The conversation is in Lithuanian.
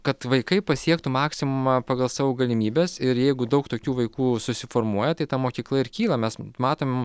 kad vaikai pasiektų maksimumą pagal savo galimybes ir jeigu daug tokių vaikų susiformuoja tai ta mokykla ir kyla mes matom